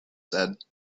said